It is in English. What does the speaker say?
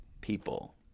people